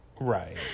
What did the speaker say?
right